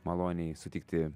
maloniai sutikti